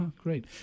Great